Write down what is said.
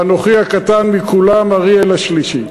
ואנוכי, הקטן מכולם, אריאל השלישי.